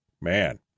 man